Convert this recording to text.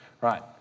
Right